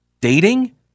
dating